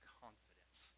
confidence